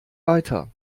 weiter